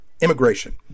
immigration